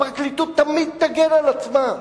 הפרקליטות תמיד תגן על עצמה.